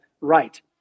right